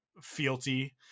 fealty